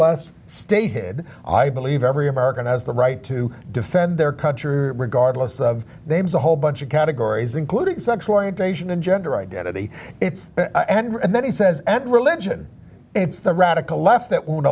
less stated i believe every american has the right to defend their country regardless of they was a whole bunch of categories including sexual orientation and gender identity and then he says at religion it's the radical left that won't